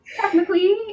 technically